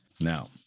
now